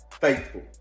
faithful